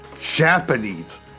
Japanese